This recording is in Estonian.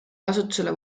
kasutusele